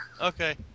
Okay